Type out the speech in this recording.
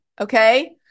Okay